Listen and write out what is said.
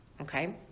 okay